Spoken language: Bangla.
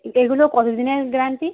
এগুলো কতো দিনের গ্যারান্টি